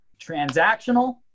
transactional